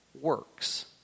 works